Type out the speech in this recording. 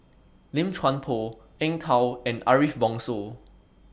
Lim Chuan Poh Eng Tow and Ariff Bongso